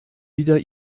wieder